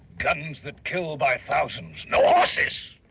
guns that kill by thousands, no horses.